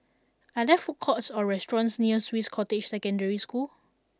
are there food courts or restaurants near Swiss Cottage Secondary School